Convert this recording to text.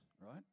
right